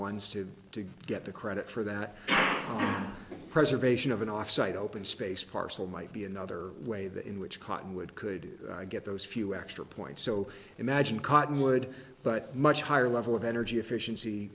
ones to get the credit for that preservation of an offsite open space parcel might be another way that in which cottonwood could get those few extra points so imagine cottonwood but much higher level of energy efficiency